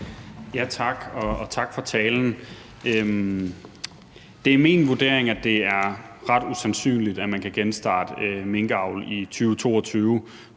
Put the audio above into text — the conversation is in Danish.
tak for talen. Det er min vurdering, at det er ret usandsynligt, at man kan genstarte minkavl i 2022,